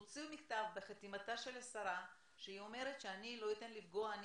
תוציאו מכתב בחתימתה של השרה שהיא אומרת: אני לא אתן לפגוע,